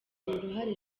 uruhare